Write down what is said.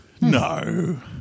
No